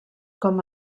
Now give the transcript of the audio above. com